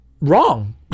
wrong